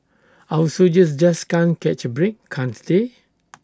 our soldiers just can't catch A break can't they